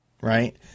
right